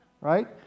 right